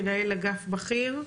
מנהל אגף בכיר.